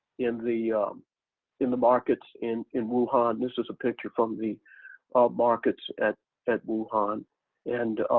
in the in the markets in in wuhan. and this is a picture from the markets at at wuhan and